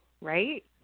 Right